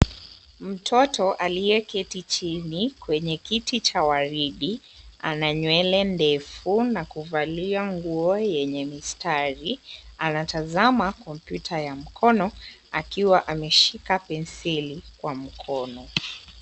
Mtoto aliyeketi chini kwenye kiti cha waridi, ana nywele ndefu na kuvalia nguo yenye mistari. Anatazama kompyuta ya mkono akiwa ameshika penseli kwa mkono.